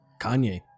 Kanye